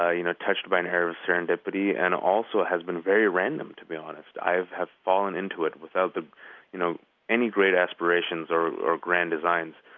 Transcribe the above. ah you know, touched by an air of serendipity and also has been very random, to be honest. i have have fallen into it without you know any great aspirations or or grand designs,